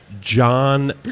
John